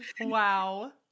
Wow